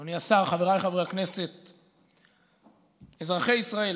אדוני השר, חבריי חברי הכנסת, אזרחי ישראל,